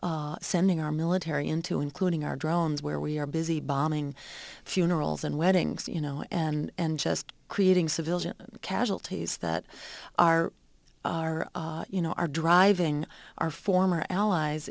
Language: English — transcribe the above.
are sending our military into including our drones where we are busy bombing funerals and weddings you know and just creating civilian casualties that are our you know are driving our former allies